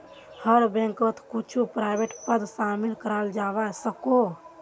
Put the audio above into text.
हर बैंकोत कुछु प्राइवेट पद शामिल कराल जवा सकोह